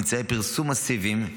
אמצעי פרסום מסיביים,